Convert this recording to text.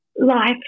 life